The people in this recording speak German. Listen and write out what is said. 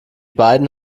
beiden